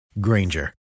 Granger